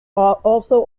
also